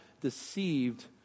deceived